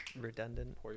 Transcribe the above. redundant